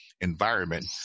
environment